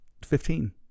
Fifteen